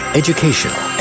educational